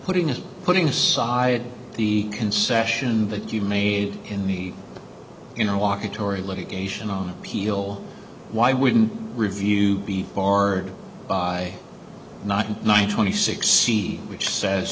putting it putting aside the concession that you made in the you know walk atory litigation on appeal why wouldn't review be barred by not nine twenty six see which says